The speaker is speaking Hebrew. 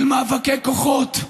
של מאבקי כוחות.